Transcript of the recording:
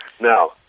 Now